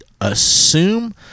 assume